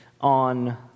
on